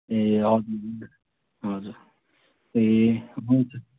ए हजुर हजुर ए हुन्छ